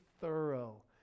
thorough